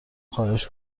خواهش